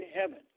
heaven